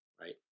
Right